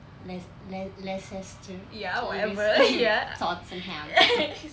les~ le~ leicester leicester tottenham